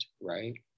right